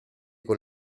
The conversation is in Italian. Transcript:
con